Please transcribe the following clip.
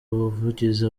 ubuvugizi